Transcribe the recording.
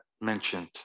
mentioned